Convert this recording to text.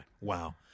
Wow